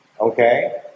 Okay